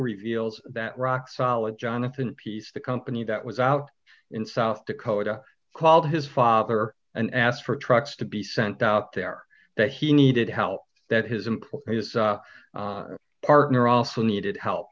reveals that rock solid jonathan pease the company that was out in south dakota called his father and asked for trucks to be sent out there that he needed help that his employer his partner also needed help